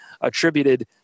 attributed